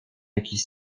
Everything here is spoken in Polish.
jakiś